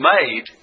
made